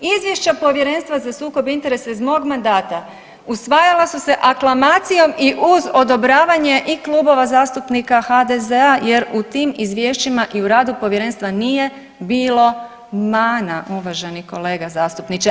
Izvješća Povjerenstva za sukob interesa iz mog mandata usvajala su se aklamacijom i uz odobravanje i klubova zastupnika HDZ-a jer u tim izvješćima i u radu povjerenstva nije bilo mana uvaženi kolega zastupniče.